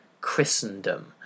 Christendom